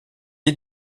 est